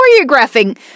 choreographing